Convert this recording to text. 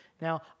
now